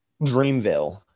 Dreamville